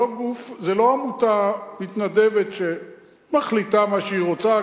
זו לא עמותה מתנדבת שמחליטה מה שהיא רוצה,